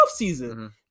offseason